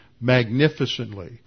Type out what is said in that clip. magnificently